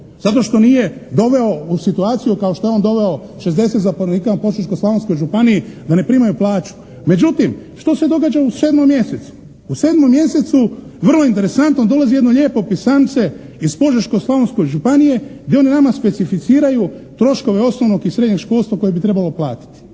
Zato što nije doveo u situaciju kao što je on doveo 60 zaposlenika na Požeško-Slavonskoj županiji da ne primaju plaću. Međutim što se događa u 7. mjesecu? U 7. mjesecu vrlo interesantno dolazi jedno lijepo pisamce iz Požeško-Slavonske županije gdje oni nama specificiraju troškove osnovnog i srednjeg školstva koje bi trebalo platiti.